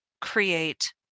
create